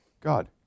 God